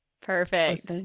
Perfect